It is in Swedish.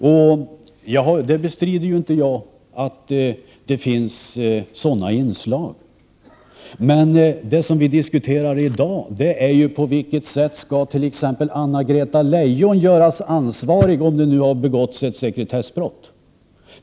Jag bestrider inte att det finns sådana inslag, men det som vi diskuterar i dag är på vilket sätt t.ex. Anna-Greta Leijon skall göras ansvarig, om ett sekretessbrott har begåtts.